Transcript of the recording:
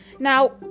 now